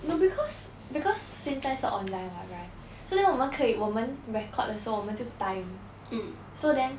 no because because 现在是 online [what] right so then 我们可以我们 record 的时候我们就 time so then